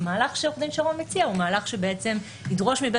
המהלך שעורך דין שרון מציע הוא מהלך שבעצם ידרוש מבית